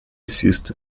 sister